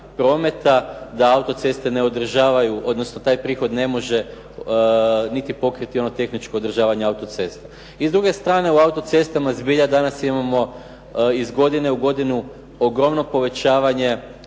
prometa, da autoceste ne održavaju odnosno taj prihod ne može niti pokriti ono tehničko održavanje autocesta. I s druge strane, u autocestama zbilja danas imamo iz godine u godinu ogromno povećavanje